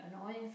annoying